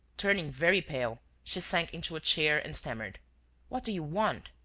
turning very pale, she sank into a chair and stammered what do you want?